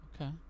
Okay